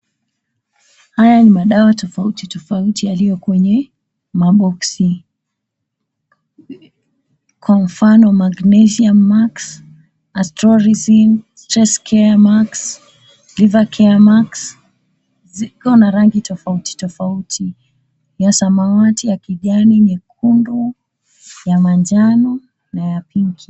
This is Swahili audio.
Haya ni madawa tofauti tofauti yaliyo kwenye maboksi, kwa mfano: Magnesium Max, Astrolism, Stress Care Max, Livercare Max. Ziko na rangi tofauti tofauti, ya samawati, ya kijani, nyekundu, ya manjano, na ya pinki.